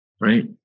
right